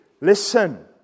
listen